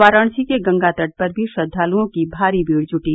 वाराणसी के गंगा तट पर भी श्रद्वालुओं की भारी भीड़ जुटी